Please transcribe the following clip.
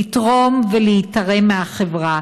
לתרום ולהיתרם מהחברה,